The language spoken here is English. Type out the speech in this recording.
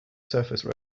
surface